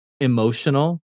emotional